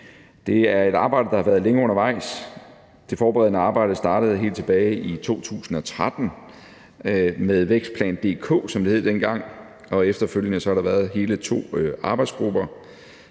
Det er et arbejde, der har været længe undervejs. Det forberedende arbejde startede helt tilbage i 2013 med »Vækstplan DK«, som det hed dengang, og efterfølgende har der været hele to arbejdsgrupper.